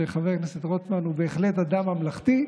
שחבר הכנסת רוטמן הוא בהחלט אדם ממלכתי,